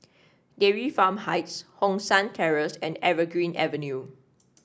Dairy Farm Heights Hong San Terrace and Evergreen Avenue